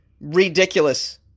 ridiculous